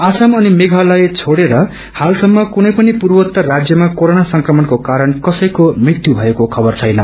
असम अनि मंचालयताई छोडेर हालसम्म कुनै पनि पूर्वोतर राज्यमाकोरोना संक्रमणको कारण कसैको मृत्यु भएको खबर छैन